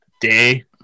day